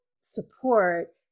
support